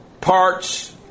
parts